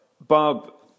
Bob